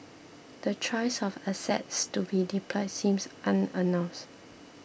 the choice of assets to be deployed seems unannounce